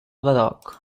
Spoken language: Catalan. badoc